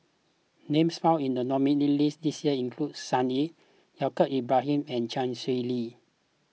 names found in the nominees' list this year include Sun Yee Yaacob Ibrahim and Chee Swee Lee